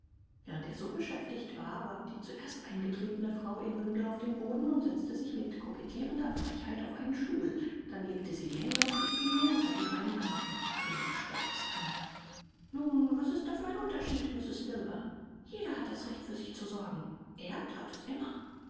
während er so beschäftigt war warf die zuerst eingetretene frau ihr bündel auf den boden und setzte sich mit kokettierender frechheit auf einen stuhl dann legte sie die hände auf die kniee und sah die beiden andern mit kühnem trotz an nun was ist da für ein unterschied mrs dilber jeder hat das recht für sich zu sorgen er that es immer